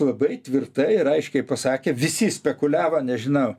labai tvirtai ir aiškiai pasakė visi spekuliava nežinau